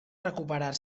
recuperar